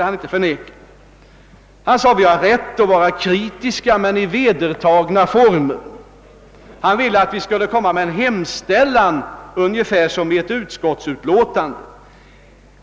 Han sade också att vi har rätt att vara kritiska, men kritiken skall ta sig uttryck i vedertagna former. Herr Bohman ville tydligen att vi skulle göra en hemställan av ungefär samma slag som ett utskottsutlåtande.